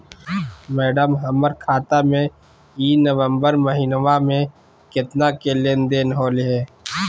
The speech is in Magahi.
मैडम, हमर खाता में ई नवंबर महीनमा में केतना के लेन देन होले है